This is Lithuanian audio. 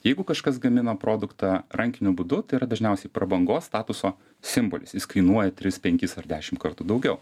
jeigu kažkas gamina produktą rankiniu būdu tai yra dažniausiai prabangos statuso simbolis jis kainuoja tris penkis ar dešimt kartų daugiau